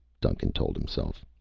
duncan told himself.